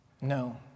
No